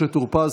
משה טור פז,